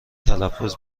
تلفظ